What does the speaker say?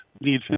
need